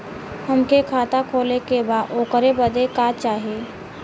हमके खाता खोले के बा ओकरे बादे का चाही?